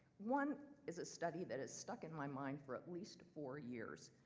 one is a study that is stuck in my mind for at least four years.